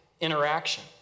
interaction